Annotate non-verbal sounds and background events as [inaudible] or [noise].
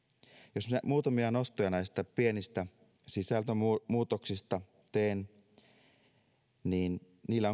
jos muutamia nostoja näistä pienistä sisältömuutoksista teen niin niillä [unintelligible]